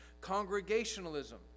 congregationalism